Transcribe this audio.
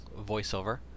voiceover